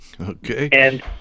Okay